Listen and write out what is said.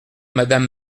madame